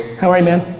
how are you man?